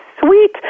Sweet